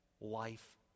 life